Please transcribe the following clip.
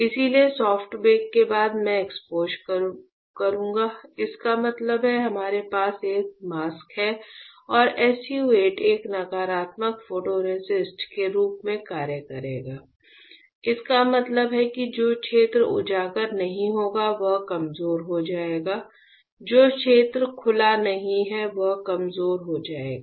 इसलिए soft bake के बाद मैं एक्सपोज़र करूँगा इसका मतलब है हमारे पास एक मास्क है और SU 8 एक नकारात्मक फोटोरेसिस्ट के रूप में कार्य करेगा इसका मतलब है कि जो क्षेत्र उजागर नहीं होगा वह कमजोर हो जाएगा जो क्षेत्र खुला नहीं है वह कमजोर हो जाएगा